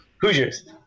Hoosiers